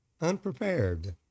unprepared